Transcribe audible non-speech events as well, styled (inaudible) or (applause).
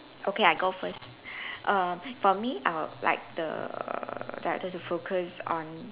okay I go first (noise) err for me I'll like the director to focus on